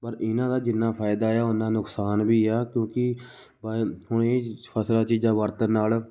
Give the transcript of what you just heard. ਪਰ ਇਹਨਾਂ ਦਾ ਜਿੰਨਾ ਫਾਇਦਾ ਹੈ ਆ ਉਨਾਂ ਨੁਕਸਾਨ ਵੀ ਆ ਕਿਉਂਕਿ ਹੁਣ ਇਹ ਚ ਫਸਲਾਂ ਚੀਜ਼ਾਂ ਵਰਤਣ ਨਾਲ